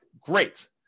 great